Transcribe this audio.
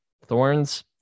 thorns